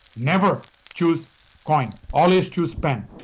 never choose coin. always choose pen.